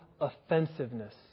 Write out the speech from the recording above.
offensiveness